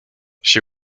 she